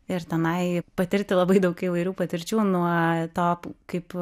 ir tenai patirti labai daug įvairių patirčių nuo top kaip